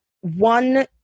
one